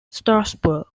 strasbourg